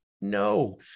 No